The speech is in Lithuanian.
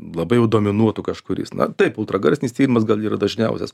labai jau dominuotų kažkuris na taip ultragarsinis tyrimas gal yra dažniausias